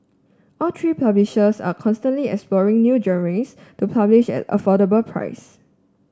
all three publishers are constantly exploring new genres to publish at affordable price